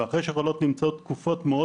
ועוד יותר אחרי שהחולות נמצאות תקופות מאוד